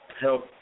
Help